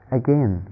again